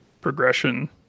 progression